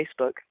Facebook